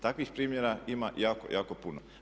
Takvih primjera ima jako, jako puno.